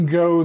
go